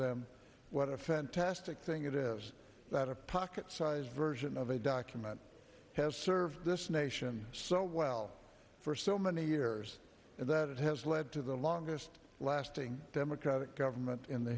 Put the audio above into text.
them what a fantastic thing it is that a pocket sized version of a document has served this nation so well for so many years and that it has led to the longest lasting democratic government in the